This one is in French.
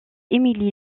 émile